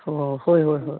ꯑꯣ ꯍꯣꯏ ꯍꯣꯏ ꯍꯣꯏ